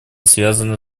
связана